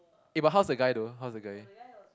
eh but how's the guy though how's the guy